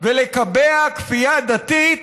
ולקבע כפייה דתית